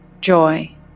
joy